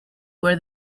where